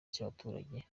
cy’abaturage